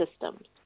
systems